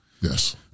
Yes